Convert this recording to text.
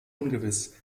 ungewiss